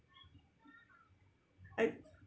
I